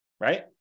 Right